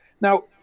Now